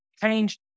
change